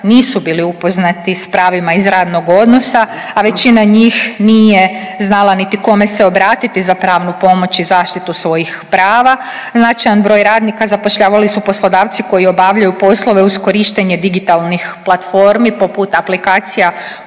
nisu bili upoznati s pravima iz radnog odnosa, a većina njih nije znala niti kome se obratiti za pravnu pomoć i zaštitu svojih prava, značajan broj radnika zapošljavali su poslodavci koji obavljaju poslove uz korištenje digitalnih platformi, poput aplikacija